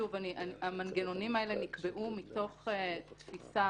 המנגנונים האלה נקבעו מתוך תפיסה